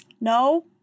no